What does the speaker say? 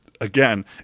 again